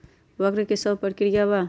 वक्र कि शव प्रकिया वा?